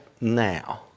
now